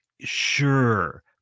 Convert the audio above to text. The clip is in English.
sure